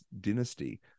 dynasty